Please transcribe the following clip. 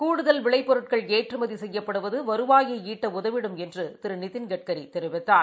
கூடுதல் விளைபொருட்கள் ஏற்றுமதிசெய்யப்படுவதுவருவாயைஈட்டஉதவிடும் என்றதிருநிதின்கட்கரிதெரிவித்தார்